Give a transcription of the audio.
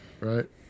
right